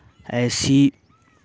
ऐसी